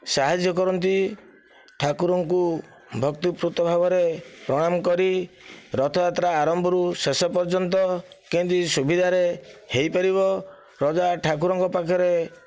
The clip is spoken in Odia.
ସାହାଯ୍ୟ କରନ୍ତି ଠାକୁରଙ୍କୁ ଭକ୍ତିପୂତ ଭାବରେ ପ୍ରଣାମ କରି ରଥଯାତ୍ରା ଆରମ୍ଭରୁ ଶେଷ ପର୍ଯ୍ୟନ୍ତ କେମିତି ସୁବିଧାରେ ହୋଇପାରିବ ପ୍ରଜା ଠାକୁରଙ୍କ ପାଖରେ